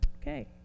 Okay